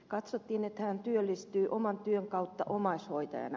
katsottiin että hän työllistyy oman työn kautta omaishoitajana